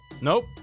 Nope